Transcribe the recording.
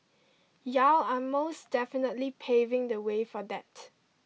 y'all are most definitely paving the way for that